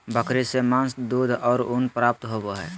बकरी से मांस, दूध और ऊन प्राप्त होबय हइ